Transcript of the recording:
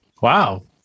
wow